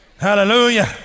Hallelujah